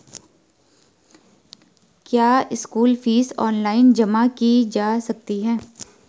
क्या school fees online जमा की जा सकती है?